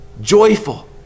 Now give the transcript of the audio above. joyful